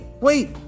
wait